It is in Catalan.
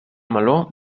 meló